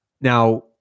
Now